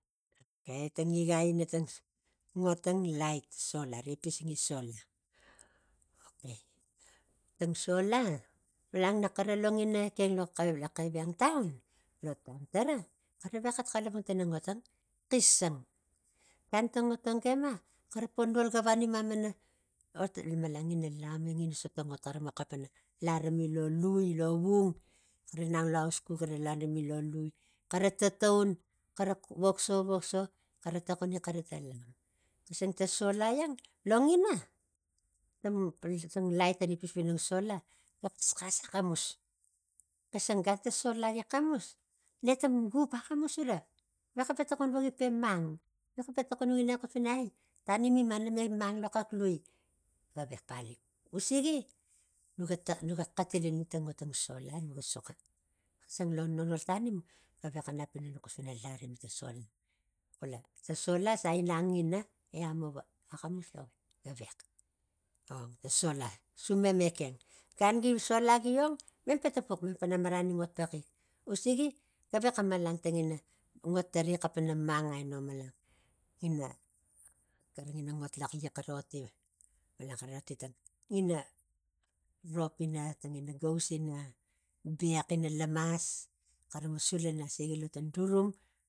Okei tang igai ina tang ngotang lait ta solari pisingi tang sola okei tang sola malan nakara lo ngina lo xevieng taun lo taun tara xara xara vexa xalapang tana xisang gan ta otang ga ima xara po nol gavani mamana ot gi malan ngina lam e ngina sota ot laremi lo lui lovung xara inang lo haus xux xara laremi lo lui xara tataun xara vok so vok so xara tokoni xara tang lam xisang ta sola iang lo ngina ga xasxas axamus xisang gan ta sola gi xamus ne ta gup axamus ura vaxape tokon gi pe mang vaxape tokon vo ina xus pana ai tanim gima gima mang lo xak lui gavex paliu usigi nuga xatil ina tang otang sola nuga soxo xisang lo nonol tanim gavexa nap nukxus pana larimi ta sola xula ta sola saina angina e amava axamusavex ong ta sola sumem exeng gan gi sola gi ong mem pe tapux mem pe marani ngot paxin usigi gavexa malan tangina ngot tara ga xalapang ina mang aino malan ngina ngot laxliax xara oti ngina rop ina ngina gaus ina bex ina lamas xara mo suluna siaki lo ta darum